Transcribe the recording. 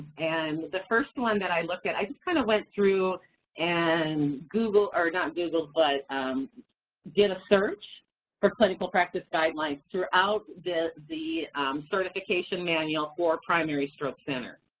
and the first one that i look at, i just kind of went through and googled, or not googled, but um did a search for clinical practice guidelines throughout the the certification manual for primary stroke center.